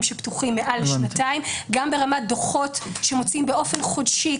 שפתוחים מעל שנתיים; גם ברמת דו"חות שמוציאים באופן חודשי,